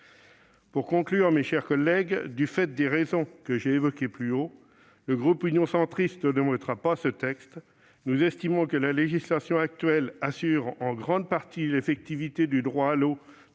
l'assainissement. Mes chers collègues, du fait des raisons que j'ai évoquées précédemment, le groupe Union Centriste ne votera pas ce texte. Nous estimons que la législation actuelle assure en grande partie l'effectivité du droit à l'eau